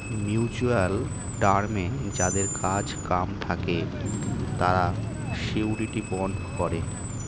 mutual টার্মে যাদের কাজ কাম থাকে তারা শিউরিটি বন্ড করে